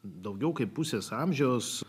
daugiau kaip pusės amžiaus